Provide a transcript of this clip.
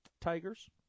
Tigers